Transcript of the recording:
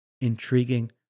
intriguing